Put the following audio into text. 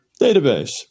database